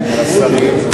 ולשרים?